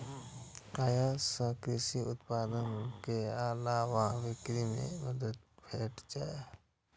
अय सं कृषि उत्पाद के ऑनलाइन बिक्री मे मदति भेटतै